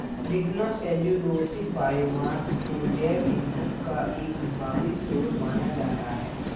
lignocellulosic biomass को जैव ईंधन का एक संभावित स्रोत माना जाता है